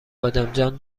بادمجان